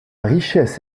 richesse